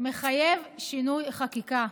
מחייב שינוי חקיקה.